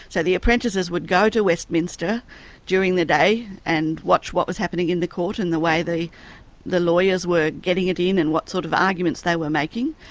so the apprentices would go to westminster during the day and watch what was happening in the court and the way the lawyers were getting it in and what sort of arguments they were making,